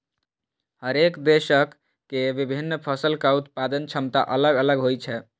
हरेक देशक के विभिन्न फसलक उत्पादन क्षमता अलग अलग होइ छै